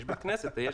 תאמין לי,